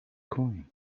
coin